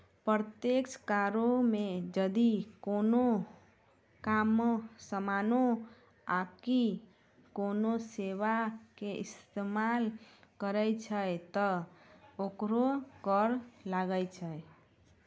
अप्रत्यक्ष करो मे जदि कोनो समानो आकि कोनो सेबा के इस्तेमाल करै छै त ओकरो कर लागै छै